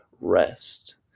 rest